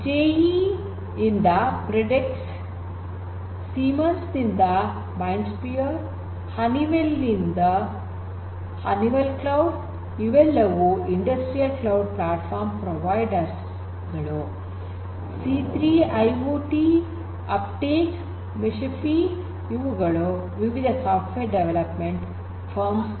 G E ಯಿಂದ Predix Siemens ನಿಂದ MindSphere Honeywell cloud ಇವೆಲ್ಲವೂ ಇಂಡಸ್ಟ್ರಿಯಲ್ ಕ್ಲೌಡ್ ಪ್ಲಾಟ್ಫಾರ್ಮ್ ಪ್ರೊವೈಡರ್ ಗಳು ಸಿ೩ ಐಓಟಿ ಅಪ್ ಟೇಕ್ ಮೆಶಿಫಿ ಗಳು ವಿವಿಧ ಸಾಫ್ಟ್ವೇರ್ ಡೆವಲಪ್ಮೆಂಟ್ ಫರ್ಮ್ ಗಳು